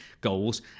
goals